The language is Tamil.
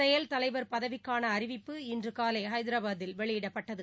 செயல் தலைவர் பதவிக்கானஅறிவிப்பு இன்றுகாலைஹைதராபாத்தில் வெளியிடப்பட்டது